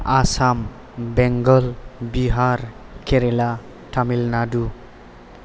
Assam Bengal Bihar Kerala Tamil Nadu